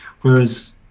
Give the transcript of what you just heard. Whereas